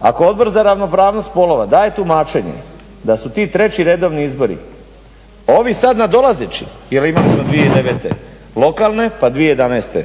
ako Odbor za ravnopravnost spolova daje tumačenje da su ti treći redovni izbori, ovi sad nadolazeći jer imali smo 2009. Lokalne, pa 2011.